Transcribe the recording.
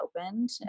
opened